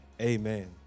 Amen